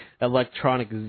electronic